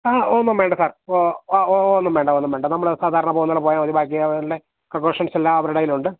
ആ ഒന്നും വേണ്ട സാർ ആ ഓ ഒന്നും വേണ്ട ഒന്നും വേണ്ട നമ്മൾ സാധാരണ പോകുന്നതു പോലെ പോയാൽ മതി ബാക്കി അവരുടെ പ്രിപ്പറേഷൻസെല്ലാം അവരുടെ കയ്യിലുണ്ട്